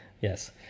Yes